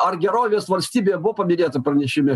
ar gerovės valstybė paminėta pranešime